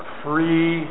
free